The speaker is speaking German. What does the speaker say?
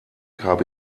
habe